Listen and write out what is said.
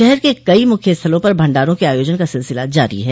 शहर के कई मुख्य स्थलों पर भंडारों के आयोजन का सिलसिला जारी है